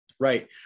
Right